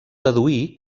deduir